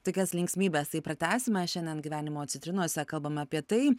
tokias linksmybes tai pratęsime šiandien gyvenimo citrinose kalbame apie tai